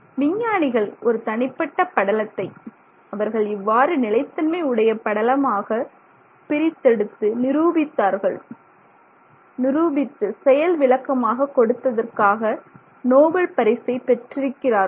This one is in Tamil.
விஞ்ஞானிகள் ஒரு தனிப்பட்ட படலத்தை அவர்கள் இவ்வாறு நிலைத்தன்மை உடைய படலமாக பிரித்தெடுத்து நிரூபித்தார்கள் நிரூபித்து செயல் விளக்கமாக கொடுத்ததற்காக நோபல் பரிசை பெற்றிருக்கிறார்கள்